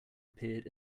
appeared